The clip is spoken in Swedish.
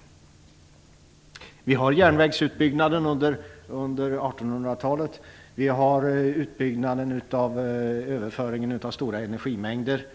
I detta sammanhang kan nämnas järnvägsutbyggnaden under 1800-talet, utbyggnaden av överföringen av stora energimängder